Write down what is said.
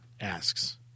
asks